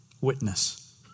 Witness